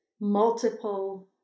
multiple